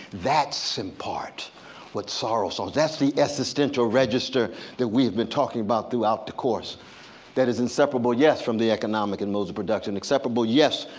that's in part what sorrow songs, that's the existential register that we have been talking about throughout the course that is inseparable, yes, from the economic and modes of production inseparable, yes,